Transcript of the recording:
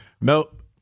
nope